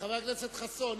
חבר הכנסת חסון,